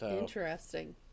Interesting